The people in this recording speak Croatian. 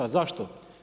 Zašto?